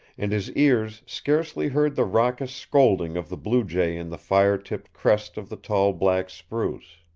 and his ears scarcely heard the raucous scolding of the blue-jay in the fire-tipped crest of the tall black spruce.